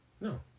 No